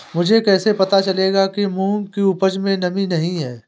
मुझे कैसे पता चलेगा कि मूंग की उपज में नमी नहीं है?